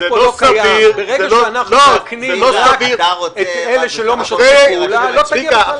ברגע שאנחנו מאכנים רק את אלה שלא משתפים פעולה --- צביקה,